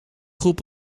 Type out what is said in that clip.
groep